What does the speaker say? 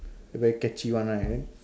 very catchy one right then